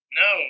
no